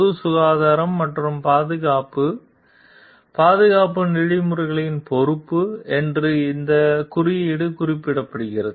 பொது சுகாதாரம் மற்றும் பாதுகாப்பைப் பாதுகாப்பது பொறியாளர்களின் பொறுப்பு என்று இந்த குறியீடு குறிப்பிடுகிறது